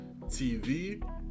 TV